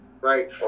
Right